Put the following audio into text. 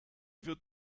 wird